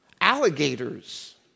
alligators